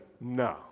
no